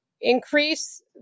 Increase